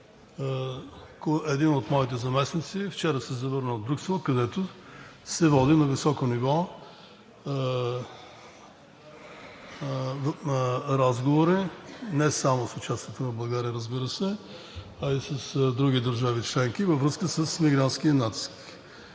един от моите заместници вчера се завърна от Брюксел, където на високо ниво се водят разговори не само с участието на България, разбира се, а и с други държави членки във връзка с мигрантския натиск.